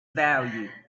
value